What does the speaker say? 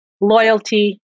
loyalty